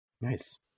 Nice